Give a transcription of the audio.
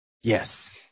Yes